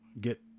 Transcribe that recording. get